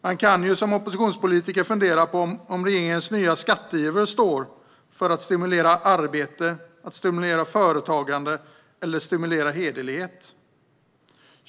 Man kan som oppositionspolitiker fundera på om regeringens nya skatteiver står för att stimulera arbete, företagande och hederlighet.